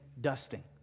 dusting